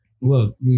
Look